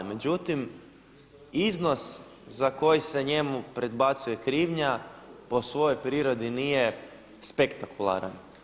Međutim, iznos za koji se njemu prebacuje krivnja po svojoj prirodi nije spektakularan.